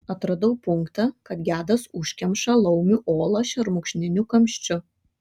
atradau punktą kad gedas užkemša laumių olą šermukšniniu kamščiu